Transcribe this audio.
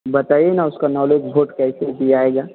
बताइए ना उसका नॉलेज बोट कैसे दियाएगा